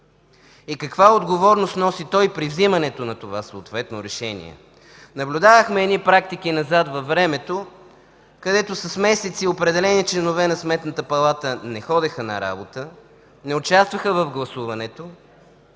и каква отговорност носи той при вземането на това съответно решение. Наблюдавахме едни практики назад във времето, където с месеци определени членове на Сметната палата не ходеха на работа, не участваха в гласуването